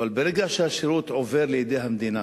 אבל ברגע שהשירות עובר לידי המדינה,